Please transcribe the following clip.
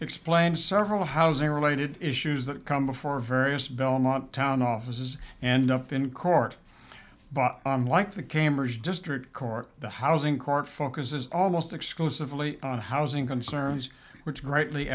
explained several housing related issues that come before various belmont town offices and up in court but like the cambridge district court the housing court focuses almost exclusively on housing concerns which greatly